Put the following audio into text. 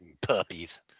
Puppies